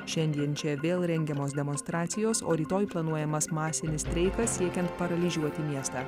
šiandien čia vėl rengiamos demonstracijos o rytoj planuojamas masinis streikas siekiant paralyžiuoti miestą